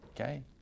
Okay